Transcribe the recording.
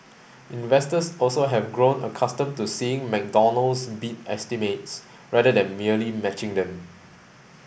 investors also have grown accustomed to seeing McDonald's beat estimates rather than merely matching them